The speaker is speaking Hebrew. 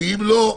ואם לא,